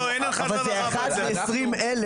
אבל הוא אחד מ-20 אלף